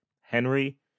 Henry